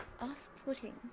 off-putting